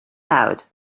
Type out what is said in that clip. loud